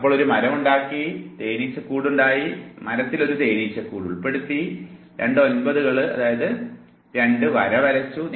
അപ്പോൾ നിങ്ങൾ ഒരു മരം ഉണ്ടാക്കി 5 ഫൈവ് ഹൈവ് തേനീച്ചക്കൂടായിരുന്നു മരത്തിൽ നിങ്ങൾ ഒരു തേനീച്ചകൂട് കൂടി ഉൾപ്പെടുത്തി രണ്ട് 9 ഉള്ളതുകൊണ്ട് നിങ്ങൾ രണ്ട് വര വരച്ചു